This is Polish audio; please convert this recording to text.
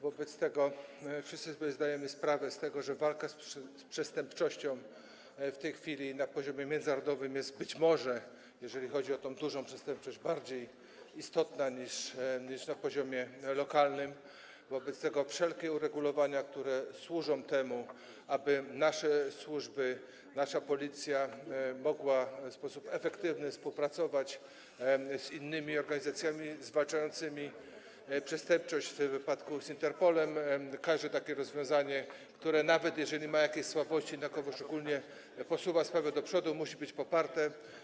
Wszyscy sobie zdajemy sprawę z tego, że walka z przestępczością w tej chwili na poziomie międzynarodowym jest być może, jeżeli chodzi o tę dużą przestępczość, bardziej istotna niż na poziomie lokalnym, wobec tego wszelkie uregulowania, które służą temu, aby nasze służby, nasza Policja mogła w sposób efektywny współpracować z innymi organizacjami zwalczającymi przestępczość, w tym przypadku z Interpolem, każde takie rozwiązanie, które nawet jeżeli ma jakieś słabości, jednakowoż ogólnie posuwa sprawę do przodu, muszą być poparte.